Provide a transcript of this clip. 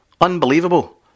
Unbelievable